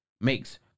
makes